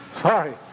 sorry